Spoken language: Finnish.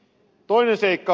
toinen seikka